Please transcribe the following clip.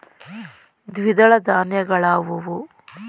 ದ್ವಿದಳ ಧಾನ್ಯಗಳಾವುವು?